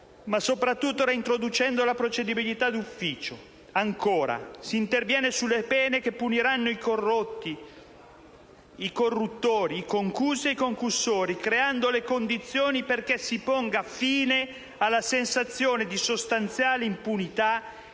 ma soprattutto reintroducendo la procedibilità d'ufficio. Ancora, si interviene sulle pene che puniranno i corrotti, i corruttori, i concussi e i concussori, creando le condizioni perché si ponga fine alla sensazione di sostanziale impunità